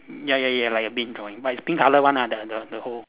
ya ya ya like a bin drawing but is pink colour one the the the hole